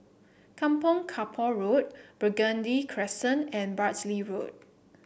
Kampong Kapor Road Burgundy Crescent and Bartley Road